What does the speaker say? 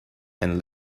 and